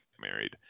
married